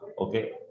Okay